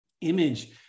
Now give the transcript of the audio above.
image